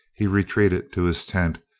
he retreated to his tent,